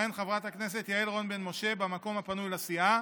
תכהן חברת הכנסת יעל רון בן משה במקום הפנוי לסיעה,